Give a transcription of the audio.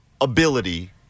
ability